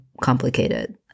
complicated